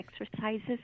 exercises